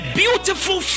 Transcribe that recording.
beautiful